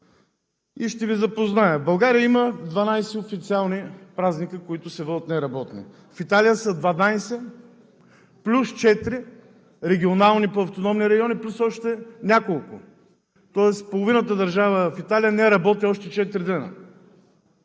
Ще Ви запозная. В България има 12 официални празника, които се водят неработни. В Италия са 12 плюс 4 регионални – по автономни райони, плюс още няколко, тоест половината държава Италия не работи още 4 дни.